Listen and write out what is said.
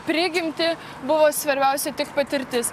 prigimtį buvo svarbiausia tik patirtis